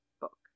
book